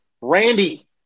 Randy